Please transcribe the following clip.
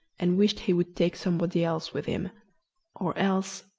and wished he would take somebody else with him or else,